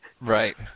Right